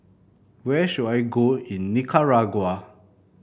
where should I go in Nicaragua